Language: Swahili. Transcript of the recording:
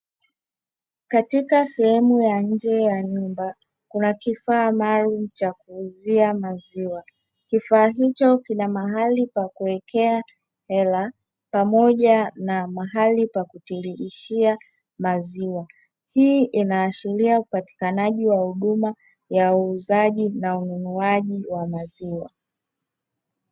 Katika sehemu ya nje ya nyumba, kuna kifaa maalumu cha kuuzia maziwa. Kifaa hicho kina mahali pa kuwekea hela pamoja na mahali pa kutiririshia maziwa; Hii inaashiria upatiikanaji wa huduma ya uuzaji na ununuaji wa maziwa.